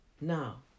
Now